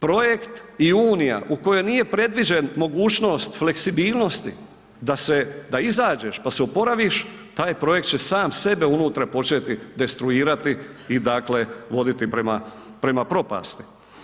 Projekt i unija u kojoj nije predviđen mogućnost fleksibilnosti da izađeš, pa se oporaviš, taj projekt će sam sebe unutra početi destruirati i dakle voditi prema propasti.